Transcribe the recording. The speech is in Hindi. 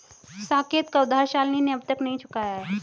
साकेत का उधार शालिनी ने अब तक नहीं चुकाया है